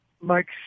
Mike